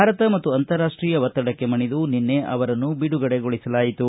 ಭಾರತ ಮತ್ತು ಅಂತರಾಷ್ಟೀಯ ಒತ್ತಡಕ್ಕೆ ಮಣಿದು ನಿನ್ನೆ ಅವರನ್ನು ಬಿಡುಗಡೆಗೊಳಿಸಲಾಯಿತು